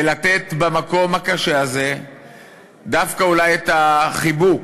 ולתת במקום הקשה הזה דווקא אולי את החיבוק